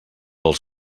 als